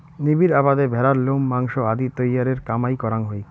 নিবিড় আবাদে ভ্যাড়ার লোম, মাংস আদি তৈয়ারের কামাই করাং হই